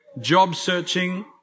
job-searching